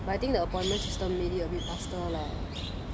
but I think the appointment system maybe a bit faster lah